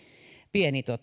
pieni